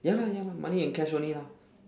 ya lah ya lah money and cash only lah